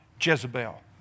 Jezebel